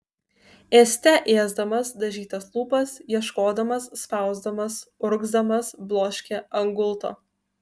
ėste ėsdamas dažytas lūpas ieškodamas spausdamas urgzdamas bloškė ant gulto